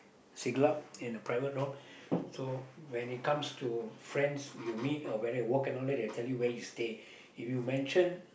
Siglap in the private north so when it comes to friends you meet or whether you work and all it they will tell you where you stay if you mention